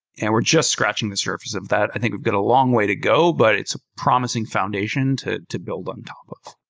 and we're just scratching the surface of that. i think we've got a long way to go, but it's a promising foundation to to build on top of.